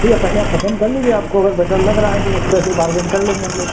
भैया पहले आप पसंद कर लीजिए आपको अगर बेटर लग रहा है जो उसपे फिर बारगेन कर लेंगे हम लोग